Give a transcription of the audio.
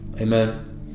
Amen